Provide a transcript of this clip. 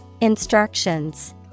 Instructions